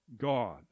God